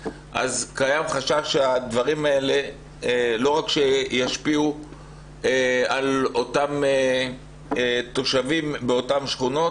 קיים חשש שהדברים האלה לא רק שישפיעו על אותם תושבים באותן שכונות